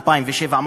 2007,